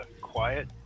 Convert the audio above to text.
quiet